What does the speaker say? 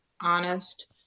honest